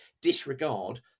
disregard